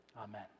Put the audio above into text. Amen